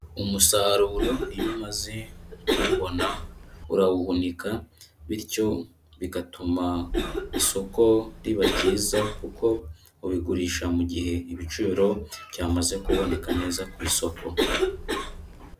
Umusaruro iyo umaze kuwubona urawuhunika bityo bigatuma isoko riba ryiza, kuko ubigurisha mu gihe ibiciro byamaze kuboneka neza ku isoko.